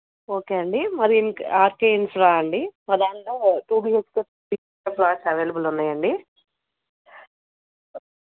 okay అండి మరి ఇంక్ ఆర్కెఎన్స్వా అండి మా దాంట్లో two BHKs twenty four hours available ఉన్నాయండి